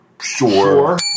Sure